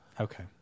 Okay